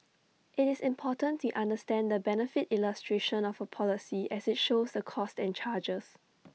IT is important to understand the benefit illustration of A policy as IT shows the costs and charges